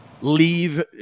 leave